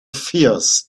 fears